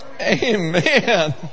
Amen